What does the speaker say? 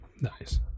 Nice